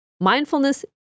Mindfulness